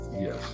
Yes